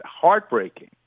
heartbreaking